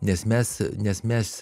nes mes nes mes